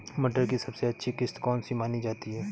मटर की सबसे अच्छी किश्त कौन सी मानी जाती है?